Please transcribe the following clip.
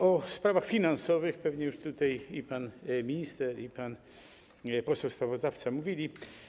O sprawach finansowych pewnie już tutaj i pan minister, i pan poseł sprawozdawca mówili.